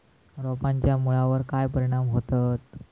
रोपांच्या मुळावर काय परिणाम होतत?